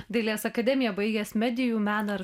dailės akademiją baigęs medijų meną